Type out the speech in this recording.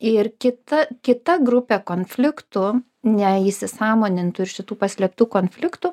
ir kita kita grupė konfliktų neįsisąmonintų ir šitų paslėptų konfliktų